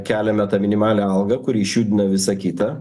keliame tą minimalią algą kuri išjudina visą kitą